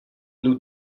nous